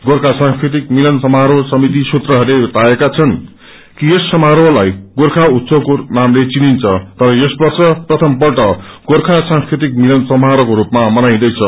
गोर्खा सांस्कृतिक मिलन समारोह समिति सूत्रहरूले बताएका छन् अक यस समारोहलाई गोर्खा उत्सक्को नामले चिनिन्छ तर यस वर्ष प्रथम पल्ट गोर्खा सांस्कृतिक मिलन समारोहको रूपामा मनाइन्दैछ